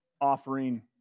offering